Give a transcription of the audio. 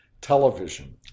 television